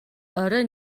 орой